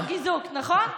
האט ער געזאגט, נכון?